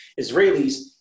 Israelis